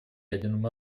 ядерным